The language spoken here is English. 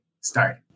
start